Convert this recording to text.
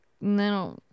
no